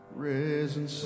risen